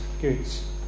goods